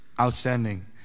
outstanding